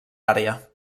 àrea